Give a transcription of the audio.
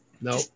No